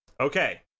Okay